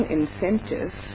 incentive